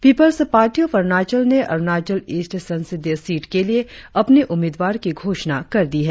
peoples party of Arunachal ने Arunachal east संसदीय seat के लिए अपने उम्मीदवार की घोषणा कर दी है